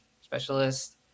specialist